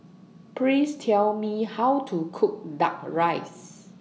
Please Tell Me How to Cook Duck Rice